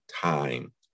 time